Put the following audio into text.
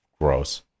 gross